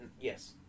yes